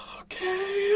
okay